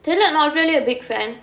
then you're not really a big fan